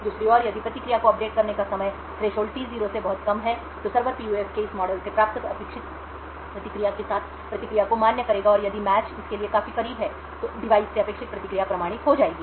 दूसरी ओर यदि प्रतिक्रिया को अपडेट करने का समय थ्रेशोल्ड T0 से बहुत कम है तो सर्वर पीयूएफ के इस मॉडल से प्राप्त अपेक्षित प्रतिक्रिया के साथ प्रतिक्रिया को मान्य करेगा और यदि मैच इसके लिए काफी करीब है तो डिवाइस से अपेक्षित प्रतिक्रिया प्रमाणित हो जाएगी